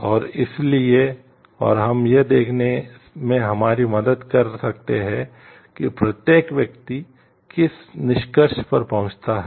और इसलिए और हम यह देखने में हमारी मदद कर सकते हैं कि प्रत्येक व्यक्ति किस निष्कर्ष पर पहुँचता है